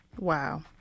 Wow